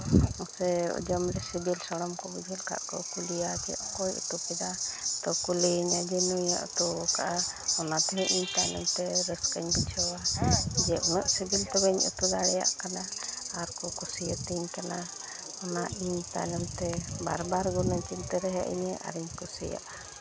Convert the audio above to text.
ᱢᱟᱥᱮ ᱡᱚᱢ ᱨᱮ ᱥᱤᱵᱤᱞ ᱥᱚᱲᱚᱢ ᱠᱚ ᱵᱩᱡᱷᱟᱹᱣ ᱞᱮᱠᱷᱟᱡ ᱠᱚ ᱠᱩᱞᱤᱭᱟ ᱡᱮ ᱚᱠᱚᱭ ᱩᱛᱩᱣ ᱠᱮᱫᱟ ᱛᱚ ᱠᱚ ᱞᱟᱹᱭᱟᱹᱧᱟᱹ ᱡᱮ ᱱᱩᱭᱮᱭ ᱩᱛᱩᱣ ᱠᱟᱜᱼᱟ ᱚᱱᱟ ᱛᱮ ᱤᱧ ᱛᱟᱭᱱᱚᱢ ᱛᱮ ᱨᱟᱹᱥᱠᱟᱹᱧ ᱵᱩᱡᱷᱟᱹᱣᱟ ᱡᱮ ᱩᱱᱟᱹᱜ ᱥᱤᱵᱤᱞ ᱛᱚᱵᱮᱧ ᱩᱛᱩ ᱫᱟᱲᱮᱭᱟᱜ ᱠᱟᱱᱟ ᱟᱨ ᱠᱚ ᱠᱩᱥᱤᱭᱟᱛᱤᱧ ᱠᱟᱱᱟ ᱚᱱᱟ ᱤᱧ ᱛᱟᱭᱱᱚᱢ ᱛᱮ ᱵᱟᱨ ᱵᱟᱨ ᱢᱚᱱᱮ ᱪᱤᱱᱛᱟᱹ ᱨᱮ ᱦᱮᱡ ᱟᱹᱧᱟᱹ ᱟᱨᱤᱧ ᱠᱩᱥᱤᱭᱟᱜᱼᱟ